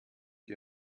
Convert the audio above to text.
die